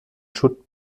schutt